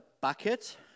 bucket